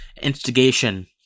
instigation